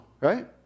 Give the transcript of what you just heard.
right